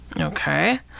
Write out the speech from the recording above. okay